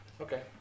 Okay